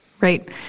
Right